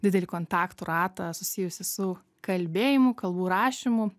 didelį kontaktų ratą susijusį su kalbėjimu kalbų rašymu